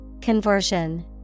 Conversion